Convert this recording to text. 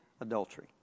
adultery